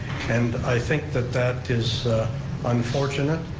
and i think that that is unfortunate,